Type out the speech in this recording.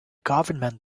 government